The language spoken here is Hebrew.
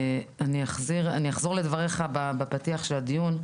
אחזור לדבריך בפתיח הדיון,